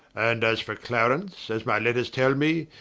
and as for clarence, as my letters tell me,